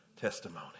testimony